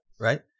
right